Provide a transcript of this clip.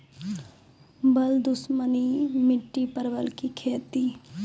बल दुश्मनी मिट्टी परवल की खेती?